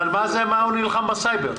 הוא נלחם בסייבר?